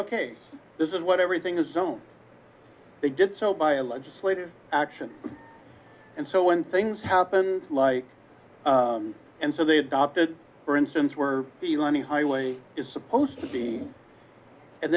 ok this is what everything is so they did so by a legislative action and so when things happen like and so they adopted for instance were you on the highway is supposed to be and